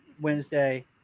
Wednesday